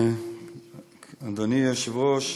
אדוני היושב-ראש,